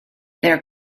their